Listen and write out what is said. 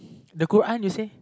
the quote one you say